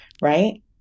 right